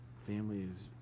families